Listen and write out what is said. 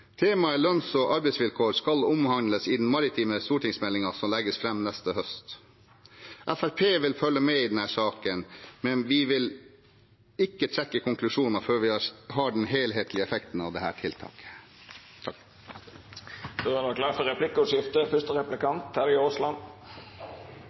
Temaet lønns- og arbeidsvilkår skal omhandles i den maritime stortingsmeldingen som legges fram neste høst. Fremskrittspartiet vil følge med på denne saken, men vi vil ikke trekke konklusjoner før vi ser den helhetlige effekten av dette tiltaket. Det vert replikkordskifte.